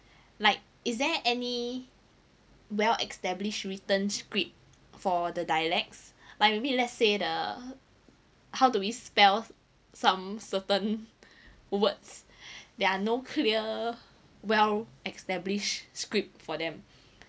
like is there any well established written script for the dialects like maybe let's say the how do we spell some certain words there are no clear well established script for them